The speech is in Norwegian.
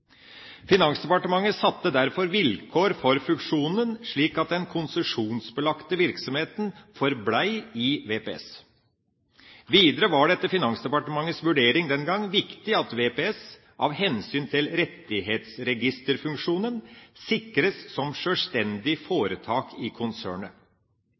Finansdepartementet satte derfor vilkår for fusjonen, slik at den konsesjonsbelagte virksomheten forble i VPS. Videre var det etter Finansdepartementets vurdering den gang viktig at VPS av hensyn til rettighetsregisterfunksjonen sikres som sjølstendig